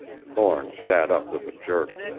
thorne sat up with a jerk.